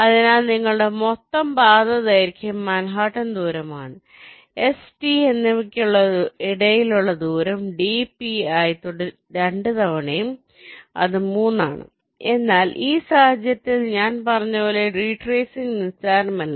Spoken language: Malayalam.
അതിനാൽ നിങ്ങളുടെ മൊത്തം പാത ദൈർഘ്യം മാൻഹട്ടൻ ദൂരമാണ് എസ് ടി എന്നിവയ്ക്കിടയിലുള്ള ദൂരവും d ആയി രണ്ടുതവണയും അത് 3 ആണ് എന്നാൽ ഈ സാഹചര്യത്തിൽ ഞാൻ പറഞ്ഞതു പോലെ റിട്രേസിംഗ് നിസ്സാരമല്ല